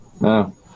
No